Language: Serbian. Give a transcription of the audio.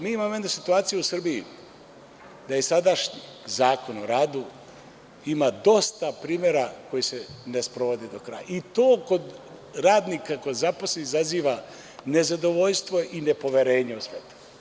Mi imamo jednu situaciju u Srbiji da sadašnji Zakon o radu ima dosta primera koji se ne sprovode do kraja i to kod radnika, kod zaposlenih izaziva nezadovoljstvo i nepoverenje u sve to.